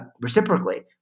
reciprocally